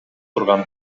турган